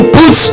put